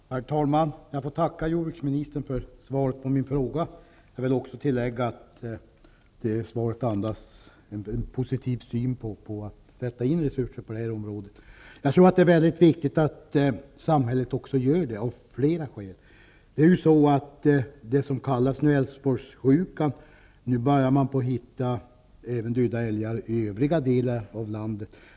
Herr talman! Jag får tacka jordbruksministern för svaret på min fråga. Jag vill tillägga att svaret andas en positiv syn på att sätta in resurser på det här området. Jag tror det är väldigt viktigt av flera skäl att samhället gör det. Denna sjukdom kallas Älvsborgssjukan, men nu börjar man hitta döda älgar även i övriga delar av landet.